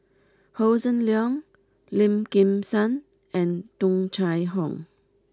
Hossan Leong Lim Kim San and Tung Chye Hong